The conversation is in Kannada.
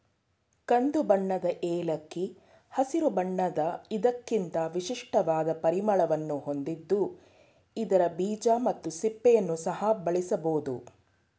ಕಂದುಬಣ್ಣದ ಏಲಕ್ಕಿ ಹಸಿರು ಬಣ್ಣದ ಇದಕ್ಕಿಂತ ವಿಶಿಷ್ಟವಾದ ಪರಿಮಳವನ್ನು ಹೊಂದಿದ್ದು ಇದರ ಬೀಜ ಮತ್ತು ಸಿಪ್ಪೆಯನ್ನು ಸಹ ಬಳಸಬೋದು